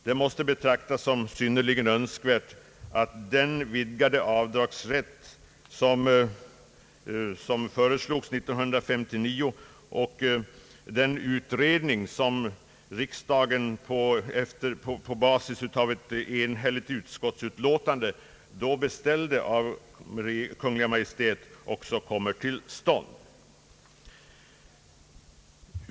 Det måste betraktas som synnerligen önskvärt att den vidgade avdragsrätt som föreslogs 1959 och den utredning som riksdagen på basis av ett enhälligt utskottsutlåtande då beställde av Kungl. Maj:t också kommer till stånd.